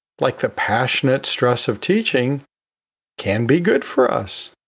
like the passionate stress of teaching can be good for us.